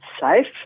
safe